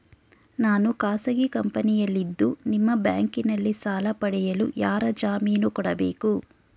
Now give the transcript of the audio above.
ನಾನು ಖಾಸಗಿ ಕಂಪನಿಯಲ್ಲಿದ್ದು ನಿಮ್ಮ ಬ್ಯಾಂಕಿನಲ್ಲಿ ಸಾಲ ಪಡೆಯಲು ಯಾರ ಜಾಮೀನು ಕೊಡಬೇಕು?